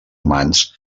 humans